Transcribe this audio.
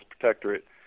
protectorate